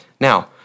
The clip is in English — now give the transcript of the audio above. Now